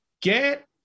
Get